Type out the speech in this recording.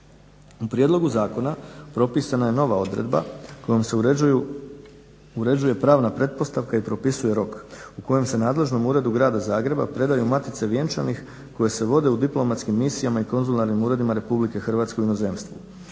U prijedlogu zakona propisana je nova odredba kojom se uređuje pravna pretpostavka i propisuje rok u kojem se nadležnom uredu Grada Zagreba predaju matice vjenčanih koje se vode u diplomatskim misijama i konzularnim uredima RH u inozemstvu.